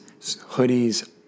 hoodies